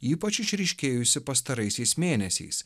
ypač išryškėjusi pastaraisiais mėnesiais